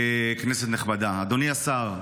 כנסת נכבדה, אדוני השר,